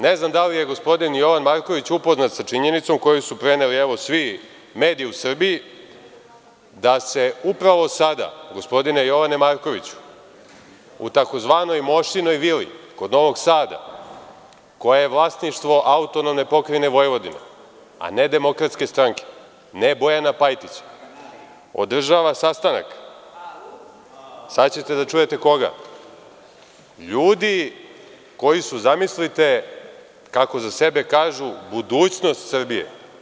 Ne znam da li je gospodin Jovan Marković upoznat sa činjenicom koju su preneli evo svi mediji u Srbiji da se upravo sada, gospodine Jovane Markoviću, u tzv. Mošinoj vili kod Novog Sada, koja je vlasništvo AP Vojvodine, a ne DS, ne Bojana Pajtića, održava sastanak, sada ćete da čujete koga, ljudi koji su, zamislite, kako za sebe kažu, budućnost Srbije.